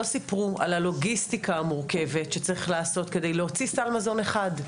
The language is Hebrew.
לא סיפרו על הלוגיסטיקה המורכבת שצריך לעשות כדי להוציא סל מזון אחד,